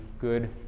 good